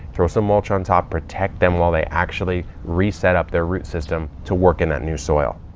throw some mulch on top, protect them while they actually reset up their root system to work in that new soil.